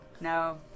no